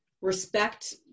respect